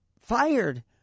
fired